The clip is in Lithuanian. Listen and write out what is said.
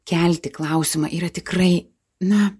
kelti klausimą yra tikrai na